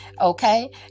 okay